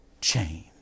chain